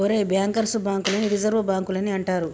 ఒరేయ్ bankers bank లని reserve బాంకులని అంటారు